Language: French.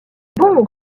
bon